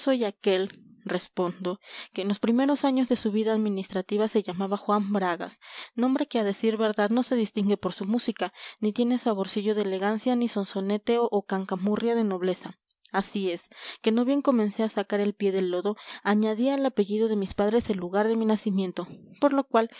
aquel respondo que en los primeros años de su vida administrativa se llamaba juan bragas nombre que a decir verdad no se distingue por su música ni tiene saborcillo de elegancia ni sonsonete o cancamurria de nobleza así es que no bien comencé a sacar el pie del lodo añadí al apellido de mis padres el lugar de mi nacimiento por lo cual